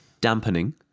dampening